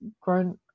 grown